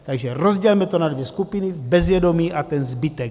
Takže rozdělme to na dvě skupiny bezvědomí a ten zbytek.